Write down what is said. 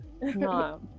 No